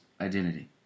identity